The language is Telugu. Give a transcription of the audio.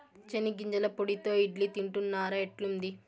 చెనిగ్గింజల పొడితో ఇడ్లీ తింటున్నారా, ఎట్లుంది